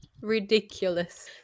ridiculous